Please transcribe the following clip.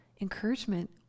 Encouragement